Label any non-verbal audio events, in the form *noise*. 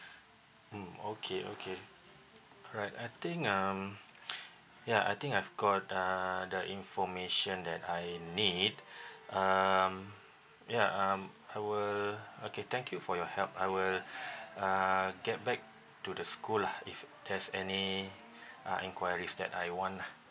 mm okay okay right I think um *breath* ya I think I've got uh the information that I need um ya um I will okay thank you for your help I will *breath* uh get back to the school lah if there's any uh enquiries that I want lah